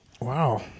Wow